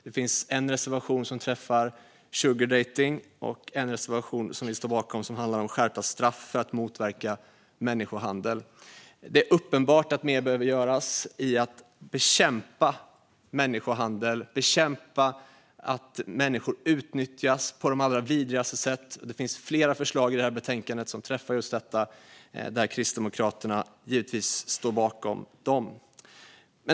Det finns en annan reservation som gäller sugardejtning och ytterligare en reservation som vi står bakom som handlar om skärpta straff för att motverka människohandel. Det är uppenbart att mer behöver göras när det gäller att bekämpa människohandel och att människor utnyttjas på de allra vidrigaste sätt. Det finns flera förslag i detta betänkande som träffar just detta, och Kristdemokraterna står givetvis bakom dem.